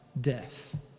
death